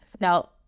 now